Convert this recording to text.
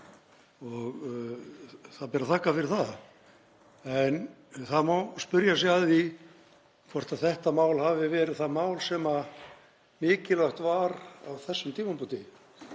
og það ber að þakka fyrir það. En það má spyrja sig að því hvort þetta mál hafi verið það mál sem mikilvægt var á þessum tímapunkti.